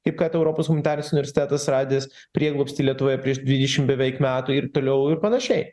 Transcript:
kaip kad europos humanitarinis universitetas radęs prieglobstį lietuvoje prieš dvidešimt beveik metų ir toliau ir panašiai